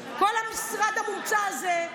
כל המשרד המומצא הזה,